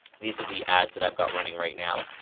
these are the ads that i've got running right now,